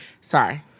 Sorry